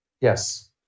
Yes